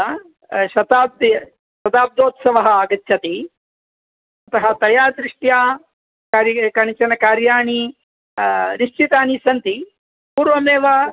हा शताब्दि शताब्द्योत्सवः आगच्छति अतः तया दृष्ट्या कारिय कानिचन कार्याणि निश्चितानि सन्ति पूर्वमेव